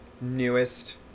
Newest